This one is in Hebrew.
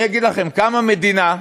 אני אגיד לכם: קמה מדינה,